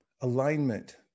alignment